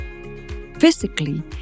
physically